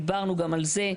דיברנו גם על זה.